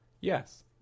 Yes